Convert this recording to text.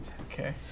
Okay